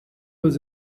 was